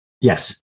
Yes